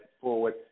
forward